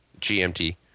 GMT